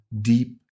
deep